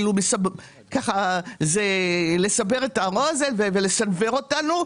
זה לסנוור אותנו,